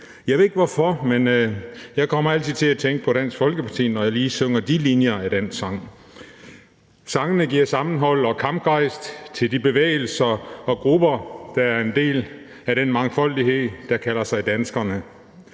Jeg ved ikke hvorfor, men jeg kommer altid til at tænke på Dansk Folkeparti, når jeg lige synger de linjer af den sang. Sangene giver sammenhold og kampgejst til de bevægelser og grupper, der er en del af den mangfoldighed, der kalder sig danskerne.